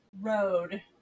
road